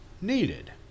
needed